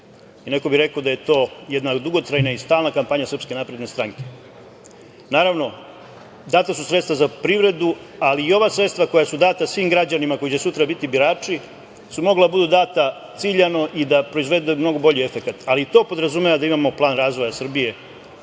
Neko bi rekao da je to jedna dugotrajna i stalna kampanja SNS. Naravno, data su sredstva za privredu, ali i ova sredstva koja su data svim građanima koji će sutra biti birači su mogla da budu data ciljano i da proizvede mnogo bolji efekat, ali i to podrazumeva da imamo plan razvoja Srbije